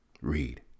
read